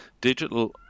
digital